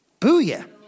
Booyah